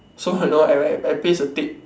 so I know I write I paste the tape